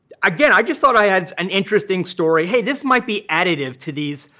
again, i just thought i had an interesting story. hey, this might be additive to these,